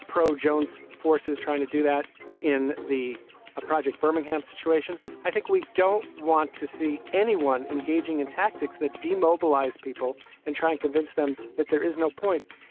pro jones forces trying to do that in the ah project birmingham's situation. i think we don't want to see anyone engaging in tactics that demobilise people and try and convince them that there is no point.